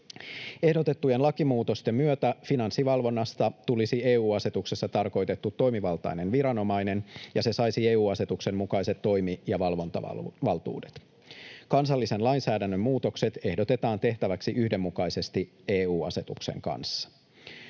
Ehdotettujen lakimuutosten myötä Finanssivalvonnasta tulisi EU-asetuksessa tarkoitettu toimivaltainen viranomainen ja se saisi EU-asetuksen mukaiset toimi- ja valvontavaltuudet. Kansallisen lainsäädännön muutokset ehdotetaan tehtäväksi yhdenmukaisesti EU-asetuksen kanssa.